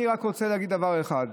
אני רק רוצה להגיד דבר אחד.